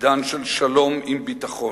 עידן של שלום עם ביטחון.